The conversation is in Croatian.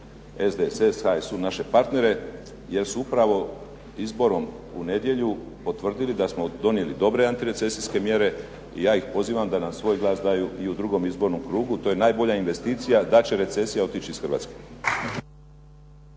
SDSS, HSU naše partnere jer su upravo izborom u nedjelju potvrdili da smo donijeli dobre antirecesijske mjere i ja ih pozivam da nam svoj glas daju i u drugom izbornom krugu, to je najbolja investicija da će recesija otići iz Hrvatske.